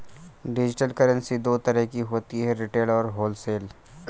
digital currency दो तरह की होती है रिटेल और होलसेल